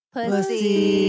Pussy